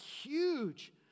huge